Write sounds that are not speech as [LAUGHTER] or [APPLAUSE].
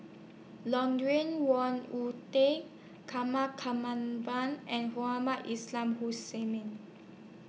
Lawrence Wong [UNINTELLIGIBLE] Tan [UNINTELLIGIBLE] and [UNINTELLIGIBLE] Hussain Mean